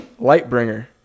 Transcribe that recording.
Lightbringer